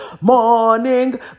Morning